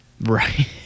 Right